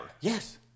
Yes